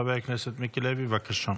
חבר הכנסת מיקי לוי, בבקשה.